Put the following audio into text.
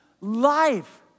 life